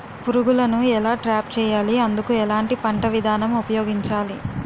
పురుగులను ఎలా ట్రాప్ చేయాలి? అందుకు ఎలాంటి పంట విధానం ఉపయోగించాలీ?